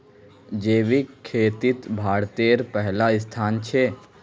जैविक खेतित भारतेर पहला स्थान छे